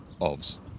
Ovs